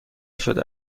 شده